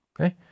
okay